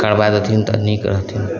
करबै देथिन तऽ नीक रहथिन